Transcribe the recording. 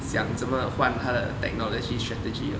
想怎么换他的 technology strategy lor